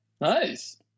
Nice